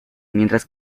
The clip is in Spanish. mientras